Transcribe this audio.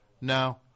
no